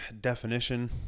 definition